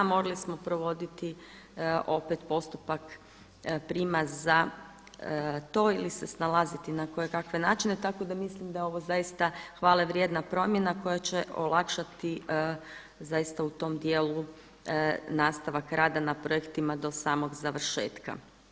Morali smo provoditi opet postupak prijema za to ili se snalaziti na kojekakve načine, tako da mislim da je ovo zaista hvale vrijedna promjena koja će olakšati zaista u tom dijelu nastavak rada na projektima do samog završetka.